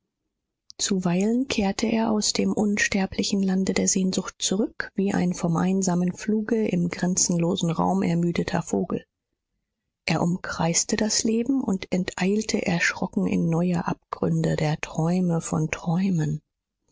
zuweilen kehrte er aus dem unsterblichen lande der sehnsucht zurück wie ein vom einsamen fluge im grenzenlosen raum ermüdeter vogel er umkreiste das leben und enteilte erschrocken in neue abgründe der träume von träumen